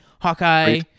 Hawkeye